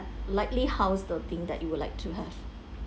likely how's the thing that you would like to have